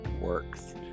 works